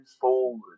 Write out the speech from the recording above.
forward